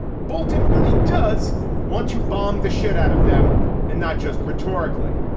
bolton really does want to bomb the shit out of them and not just rhetorically.